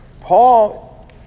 paul